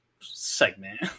segment